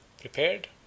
prepared